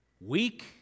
weak